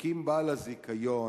הקים בעל הזיכיון